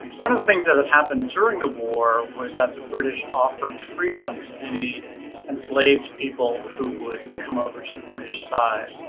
one of the things that had happened during the war was that the british offered freedom to any enslaved people who would come over to the british side,